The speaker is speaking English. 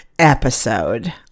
episode